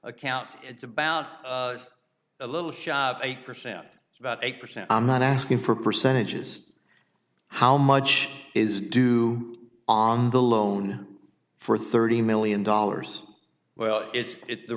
account it's about a little shop eight percent about eight percent i'm not asking for percentages how much is due on the loan for thirty million dollars well it's it the